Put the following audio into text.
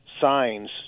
signs